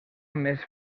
més